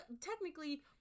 technically